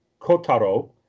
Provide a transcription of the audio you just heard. kotaro